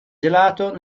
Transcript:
gelato